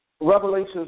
Revelations